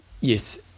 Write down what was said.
yes